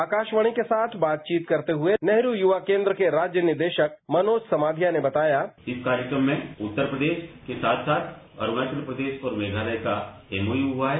आकाशवाणी के साथ बातचीत करते हुए नेहरू युवा केंद्र के राज्य निदेशक मनोज समाधिया ने बताया इस कार्यक्रम में उत्तर प्रदेश के साथ साथ अरूणाचल प्रदेश और मेघालय का एम ओ यू हुआ है